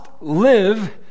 live